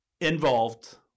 involved